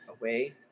away